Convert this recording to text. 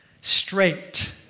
straight